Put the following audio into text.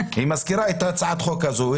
היא מזכירה את הצעת החוק הזו.